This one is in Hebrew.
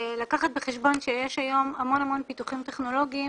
לקחת בחשבון שיש היום המון המון פיתוחים טכנולוגיים